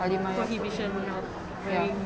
halimah yacob ya